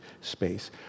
space